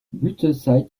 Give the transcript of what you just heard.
blütezeit